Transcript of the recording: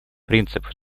принцип